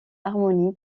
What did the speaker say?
harmonie